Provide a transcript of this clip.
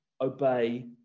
obey